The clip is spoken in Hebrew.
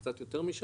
קצת יותר משנה,